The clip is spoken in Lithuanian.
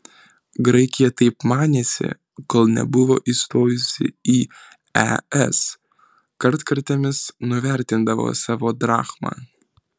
graikija taip manėsi kol nebuvo įstojusi į es kartkartėmis nuvertindavo savo drachmą